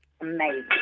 Amazing